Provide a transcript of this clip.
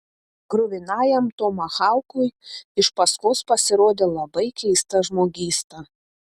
kruvinajam tomahaukui iš paskos pasirodė labai keista žmogysta